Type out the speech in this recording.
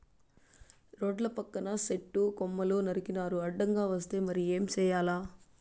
రోడ్ల పక్కన సెట్టు కొమ్మలు నరికినారు అడ్డంగా వస్తే మరి ఏం చేయాల